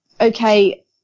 okay